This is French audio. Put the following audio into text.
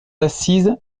assise